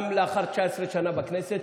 גם לאחר 19 שנה בכנסת,